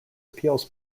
appeals